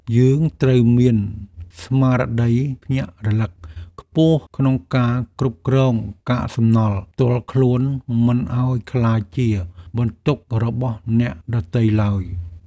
យើងត្រូវមានស្មារតីភ្ញាក់រលឹកខ្ពស់ក្នុងការគ្រប់គ្រងកាកសំណល់ផ្ទាល់ខ្លួនមិនឱ្យក្លាយជាបន្ទុករបស់អ្នកដទៃឡើយ។